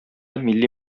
милли